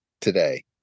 today